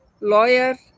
lawyer